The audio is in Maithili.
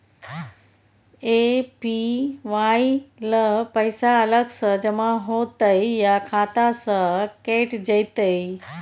ए.पी.वाई ल पैसा अलग स जमा होतै या खाता स कैट जेतै?